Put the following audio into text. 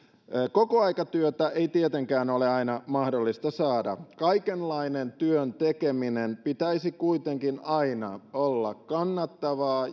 kokoaikatyötä ei tietenkään ole aina mahdollista saada kaikenlaisen työn tekemisen pitäisi kuitenkin aina olla kannattavaa